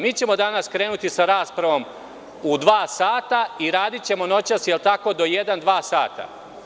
Mi ćemo danas krenuti sa raspravom u 14,00 i radićemo noćas, jel tako do 1, 2 sata?